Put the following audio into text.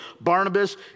Barnabas